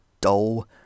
dull